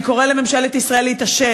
אני קורא לממשלת ישראל להתעשת,